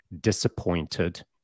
disappointed